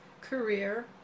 career